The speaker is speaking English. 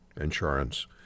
insurance